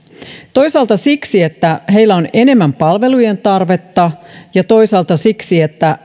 toisaalta siksi että heillä on enemmän palvelujen tarvetta ja toisaalta siksi että